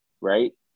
right